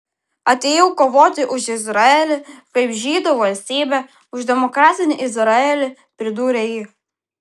atėjau kovoti už izraelį kaip žydų valstybę už demokratinį izraelį pridūrė ji